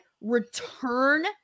return